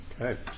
Okay